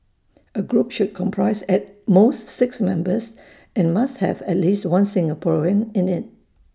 A group should comprise at most six members and must have at least one Singaporean in IT